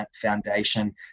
foundation